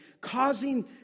causing